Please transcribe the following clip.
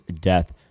death